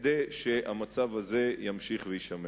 כדי שהמצב הזה ימשיך ויישמר.